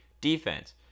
defense